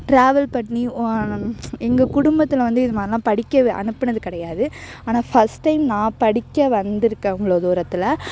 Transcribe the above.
travel பண்ணி எங்கள் குடும்பத்தில் வந்து இதுமாதிரிலாம் படிக்கலாம் அனுப்பினது கிடையாது ஆனால் ஃபஸ்ட் டைம் நான் படிக்க வந்திருக்கேன் இவ்வளோ தூரத்தில்